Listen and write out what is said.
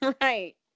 Right